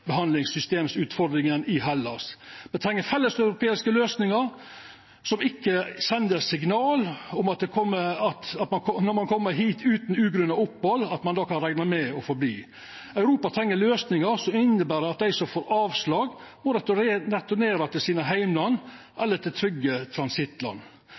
i Hellas. Me treng felleseuropeiske løysingar, som sender signal om at om ein kjem hit utan grunn til opphald, kan ein ikkje rekna med å få verta her. Europa treng løysingar som inneber at dei som får avslag, må returnera til sine heimland eller til trygge transittland.